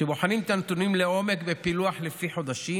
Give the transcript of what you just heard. כשבוחנים את הנתונים לעומק בפילוח לפי חודשים,